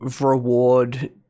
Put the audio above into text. reward